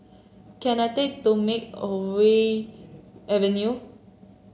can I take to Makeaway Avenue